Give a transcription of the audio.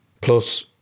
Plus